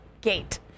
gate